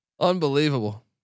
Unbelievable